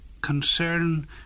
concern